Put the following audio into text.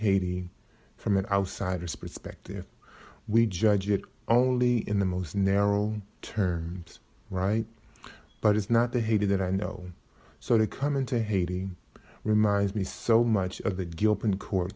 haiti from an outsider's perspective we judge it only in the most narrow turned right but it's not the haiti that i know so to come into haiti reminds me so much of the gilpin c